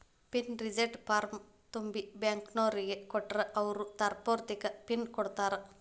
pin reset ಫಾರ್ಮ್ನ ತುಂಬಿ ಬ್ಯಾಂಕ್ನೋರಿಗ್ ಕೊಟ್ರ ಅವ್ರು ತಾತ್ಪೂರ್ತೆಕ ಪಿನ್ ಕೊಡ್ತಾರಾ